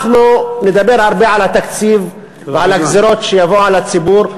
אנחנו נדבר הרבה על התקציב ועל הגזירות שיבואו על הציבור,